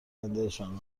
آیندهشان